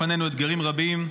לפנינו אתגרים רבים.